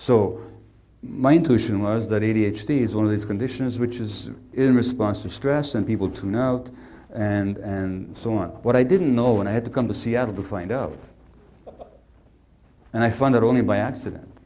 so my intuition was that a d h d is one of these conditions which is in response to stress and people tune out and so on but i didn't know when i had to come to seattle to find up and i find it only by accident